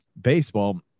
baseball